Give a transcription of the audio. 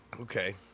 Okay